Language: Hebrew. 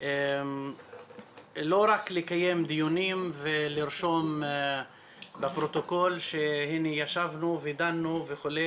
לא רק לקיים דיונים ולרשום בפרוטוקול שהנה ישבנו ודנו וכו',